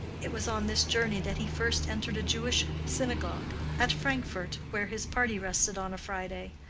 it was on this journey that he first entered a jewish synagogue at frankfort where his party rested on a friday.